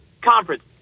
conference